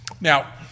Now